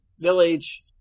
village